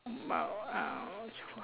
about um twelve